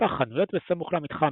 בנתה חנויות בסמוך למתחם,